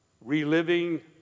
reliving